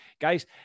guys